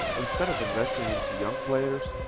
instead of investing into young players,